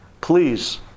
Please